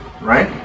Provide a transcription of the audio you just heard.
right